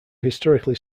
historically